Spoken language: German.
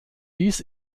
dies